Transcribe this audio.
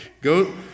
Go